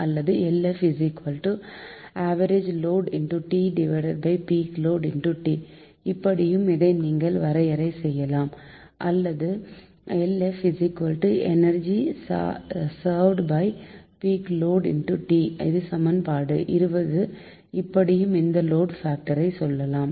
அல்லது LF average லோடுT peak லோடுT இப்படியும் இதை நீங்கள் வரையறை செய்யலாம் அல்லது LF எனர்ஜி சர்வ்டு பீக் லோடுT இது சமன்பாடு 20 இப்படியும் இந்த லோடு பாக்டரை சொல்லலாம்